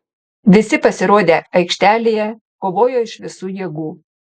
visi pasirodę aikštelėje kovojo iš visų jėgų